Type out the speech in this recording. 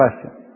question